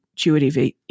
intuitive